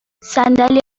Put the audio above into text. صندلی